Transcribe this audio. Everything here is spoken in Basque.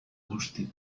guzti